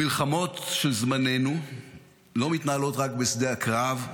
המלחמות של זמננו לא מתנהלות רק בשדה הקרב,